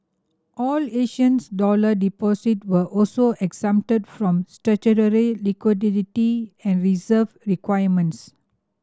all Asian's dollar deposit were also exempted from statutory liquidity and reserve requirements